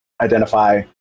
identify